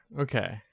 Okay